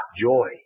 joy